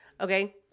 Okay